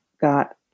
got